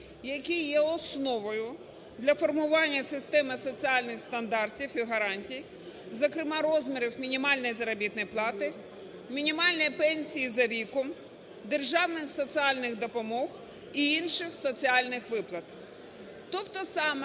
який є основою для формування системи соціальних стандартів і гарантій, зокрема, розмірів мінімальної заробітної плати, мінімальної пенсії за віком, державних соціальних допомог і інших соціальних виплат. Тобто